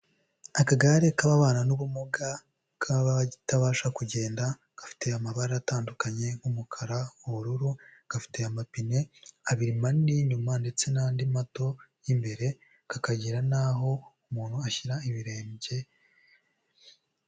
Akagare k'ababana n'ubumuga, k'abatabasha kugenda, gafite amabara atandukanye, nk'umukara, ubururu, gafite amapine abiri manini y'inyuma ndetse n'andi mato y'imbere, kagira n'aho umuntu ashyira ibirenge.